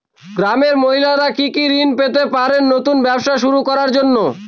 গ্রামের মহিলারা কি কি ঋণ পেতে পারেন নতুন ব্যবসা শুরু করার জন্য?